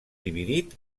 dividit